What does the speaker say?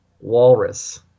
Walrus